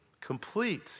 Complete